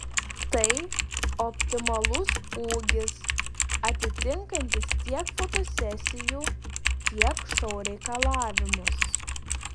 tai optimalus ūgis atitinkantis tiek fotosesijų tiek šou reikalavimus